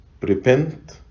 repent